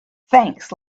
thanks